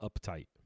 uptight